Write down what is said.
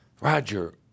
Roger